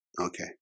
Okay